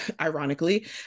ironically